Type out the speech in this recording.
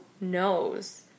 knows